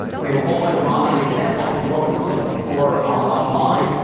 we have a whole bunch of online examples that you're welcome to look for online.